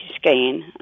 scan